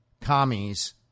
commies